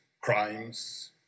crimes